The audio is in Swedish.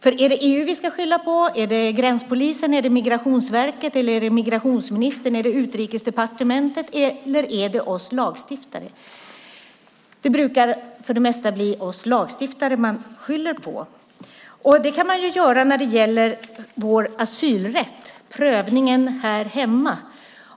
Är det EU, gränspolisen, Migrationsverket, migrationsministern, Utrikesdepartementet eller oss lagstiftare vi ska skylla på? Det brukar för det mesta vara oss lagstiftare man skyller på. Det kan man göra när det gäller vår asylrätt och prövningen här hemma.